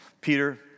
Peter